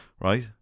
Right